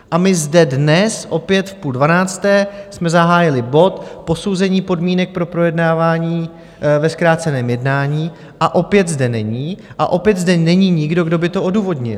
A my zde dnes opět v půl dvanácté jsme zahájili bod Posouzení podmínek pro projednávání ve zkráceném jednání a opět zde není a opět zde není nikdo, kdo by to odůvodnil.